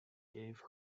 gave